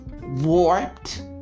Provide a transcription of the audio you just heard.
Warped